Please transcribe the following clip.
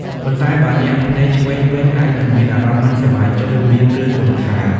ប៉ុន្តែបើ ញាក់ភ្នែកឆ្វេងវិញ អាចនឹងមានអារម្មណ៍មិនសប្បាយចិត្ត ឬមានរឿងរំខាន។